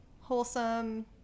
wholesome